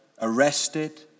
arrested